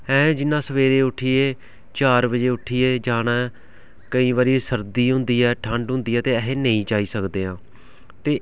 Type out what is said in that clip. ऐं जि'यां सवेरै उट्ठियै चार बजे उट्ठियै जाना ऐ केईं बारी सर्दी होंदी ऐ ठंड होंदी ऐ ते अस नेईं जाई सकदे आं ते